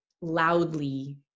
loudly